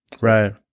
Right